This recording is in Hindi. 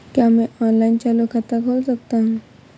क्या मैं ऑनलाइन चालू खाता खोल सकता हूँ?